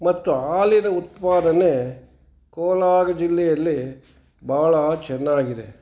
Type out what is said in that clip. ಮತ್ತು ಹಾಲಿನ ಉತ್ಪಾದನೆ ಕೋಲಾರ ಜಿಲ್ಲೆಯಲ್ಲಿ ಭಾಳ ಚೆನ್ನಾಗಿದೆ